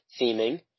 theming